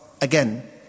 again